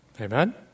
Amen